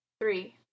three